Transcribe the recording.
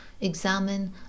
examine